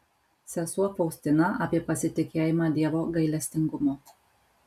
sesuo faustina apie pasitikėjimą dievo gailestingumu